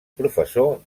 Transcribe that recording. professor